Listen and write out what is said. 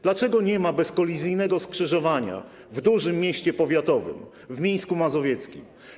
Dlaczego nie ma bezkolizyjnego skrzyżowania w dużym mieście powiatowym Mińsku Mazowieckim?